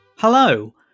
Hello